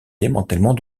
démantèlement